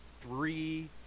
three